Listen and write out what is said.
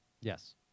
Yes